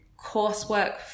coursework